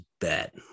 bet